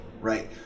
right